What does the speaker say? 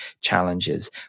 challenges